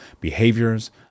behaviors